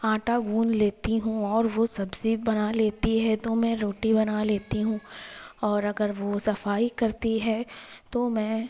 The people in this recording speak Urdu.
آٹا گوندھ لیتی ہوں اور وہ سبزی بنا لیتی ہے تو میں روٹی بنا لیتی ہوں اور اگر وہ صفائی کرتی ہے تو میں